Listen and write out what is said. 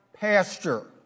pasture